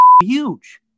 huge